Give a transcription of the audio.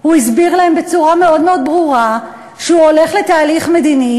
הוא הסביר להם בצורה מאוד מאוד ברורה שהוא הולך לתהליך מדיני,